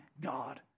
God